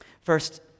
First